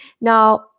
Now